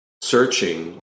searching